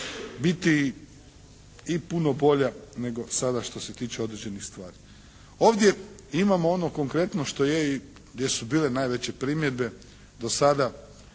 biti i puno bolja nego sada što se tiče određenih stvari. Ovdje imamo ono konkretno što je i gdje su bile najveće primjedbe do sada